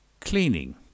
cleaning